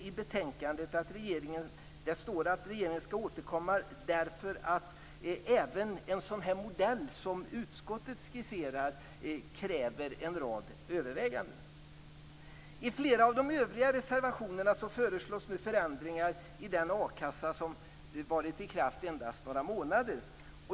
I betänkandet står det att regeringen skall återkomma därför att även en sådan modell som utskottet skisserar kräver en rad överväganden. I flera av de övriga reservationerna föreslås nu förändringar i den a-kassa som varit i kraft endast några månader.